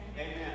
Amen